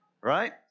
Right